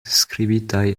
skribitaj